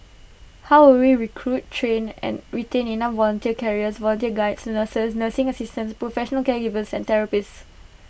how will we recruit train and retain enough volunteer carers volunteer Guides nurses nursing assistants professional caregivers and therapists